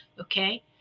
Okay